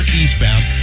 eastbound